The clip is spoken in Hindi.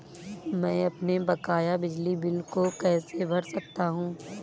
मैं अपने बकाया बिजली बिल को कैसे भर सकता हूँ?